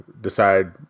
decide